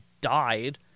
died